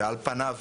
ועל פניו,